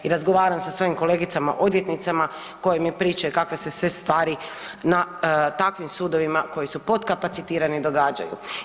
I razgovaram sa svojim kolegicama odvjetnicama koje mi pričaju kakve se sve stvari na takvim sudovima koji su potkapacitirani događaju.